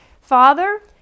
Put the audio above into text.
Father